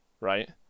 right